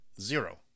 Zero